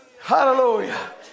Hallelujah